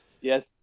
Yes